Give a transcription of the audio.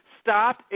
Stop